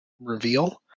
reveal